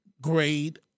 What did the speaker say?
grade